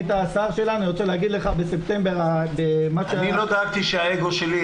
היית השר שלנו אני רוצה להגיד לך --- אני לא דאגתי שהאגו שלי,